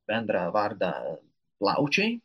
bendrą vardą plaučiai